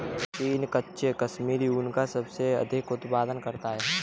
चीन कच्चे कश्मीरी ऊन का सबसे अधिक उत्पादन करता है